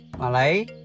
Malay